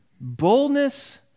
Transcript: Boldness